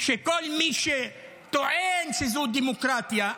וכל מי שטוען שזו דמוקרטיה,